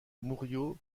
murió